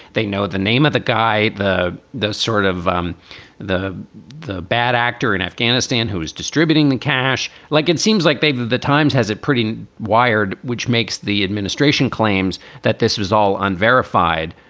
they know the name of the guy, the the sort of um the the bad actor in afghanistan who is distributing the cash. like, it seems like the times has it pretty wired, which makes the administration claims that this was all unverified,